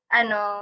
ano